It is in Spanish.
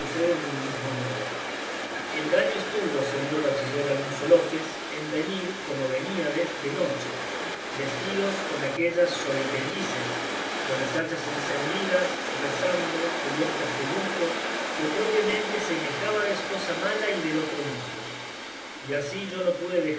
de un mismo modo el daño estuvo señor bachiller alonso lópez en venir como veníades de noche vestidos con aquellas sobrepellices con las hachas encendidas rezando cubiertos de luto que propiamente semejábades cosa mala y del otro mundo y así yo no pude